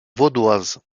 vaudoises